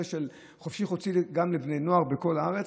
של חופשי-חודשי גם של בני נוער בכל הארץ.